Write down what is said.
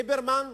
ליברמן,